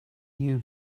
you